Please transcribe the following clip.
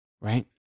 right